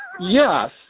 Yes